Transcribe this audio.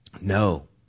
No